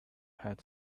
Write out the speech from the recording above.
had